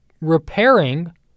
repairing